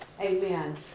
Amen